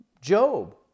Job